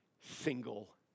single